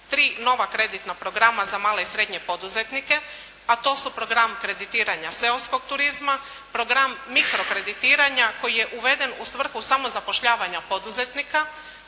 tri nova kreditna programa za male i srednje poduzetnike, a to su program kreditiranja seoskog turizma, program mikro kreditiranja koji je uveden u svrhu samozapošljavanja poduzetnika,